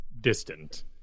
distant